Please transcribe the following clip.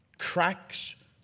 cracks